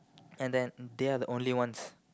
and then they are the only ones